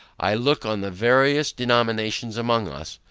i look on the various denominations among us,